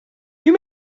you